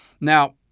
Now